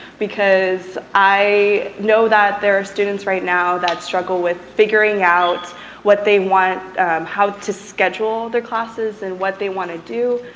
because i know that there are students, right now, that struggle with figuring out what they want how to schedule their classes and what they want to do.